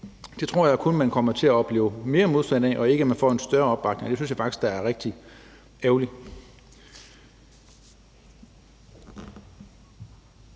Det tror jeg kun man kommer til at opleve mere modstand af, og jeg tror ikke, at man får en større opbakning. Det synes jeg da faktisk er rigtig ærgerligt.